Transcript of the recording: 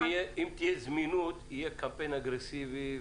אם תהיה זמינות, יהיה קמפיין אגרסיבי.